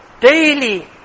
Daily